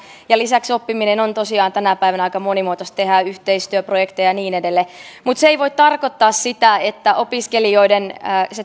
lisäksi oppiminen on tosiaan tänä päivänä aika monimuotoista tehdään yhteistyöprojekteja ja niin edelleen mutta se ei voi tarkoittaa sitä että se opiskelijoiden